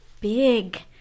big